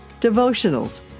devotionals